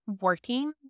working